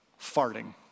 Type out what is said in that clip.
farting